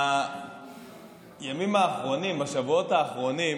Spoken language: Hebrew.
בימים האחרונים, בשבועות האחרונים,